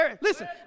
listen